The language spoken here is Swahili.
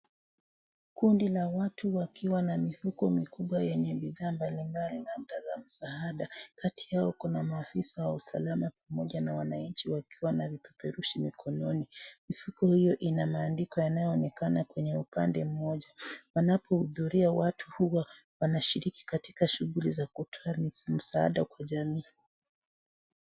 Kundi la watu wakiwa na mifuko mikubwa yenye bidhaa mbalimbali labda za msaada. Kati yao kuna maafisa wa usalama pamoja na wananchi wakiwa na vipeperushi mikononi. Mifuko hio ina maandiko yanayoonekana kwenye upande mmoja. Wanapohudhuria watu huwa wanashiriki katika shughuli za kutoa misaada kwa jamii.